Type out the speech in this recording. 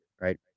right